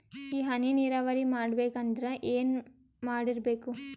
ಈ ಹನಿ ನೀರಾವರಿ ಮಾಡಬೇಕು ಅಂದ್ರ ಏನ್ ಮಾಡಿರಬೇಕು?